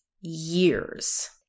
years